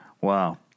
Wow